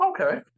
okay